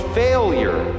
failure